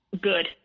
good